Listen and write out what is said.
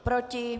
Proti?